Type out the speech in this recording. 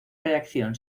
reacción